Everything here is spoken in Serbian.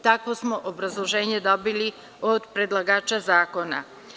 Takvo smo obrazloženje dobili od predlagača zakona.